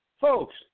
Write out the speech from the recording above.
Folks